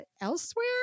elsewhere